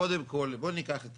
קודם כל, בואו ניקח את